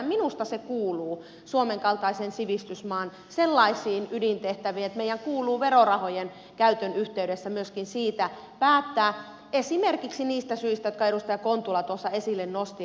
minusta se kuuluu suomen kaltaisen sivistysmaan sellaisiin ydintehtäviin että meidän kuuluu verorahojen käytön yhteydessä myöskin siitä päättää esimerkiksi niistä syistä jotka edustaja kontula tuossa esille nosti